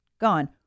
Gone